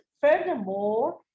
furthermore